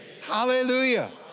Hallelujah